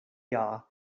jahr